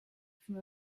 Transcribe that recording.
from